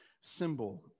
symbol